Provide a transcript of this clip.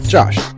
Josh